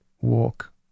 walk